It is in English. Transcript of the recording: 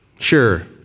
Sure